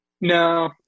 No